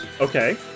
Okay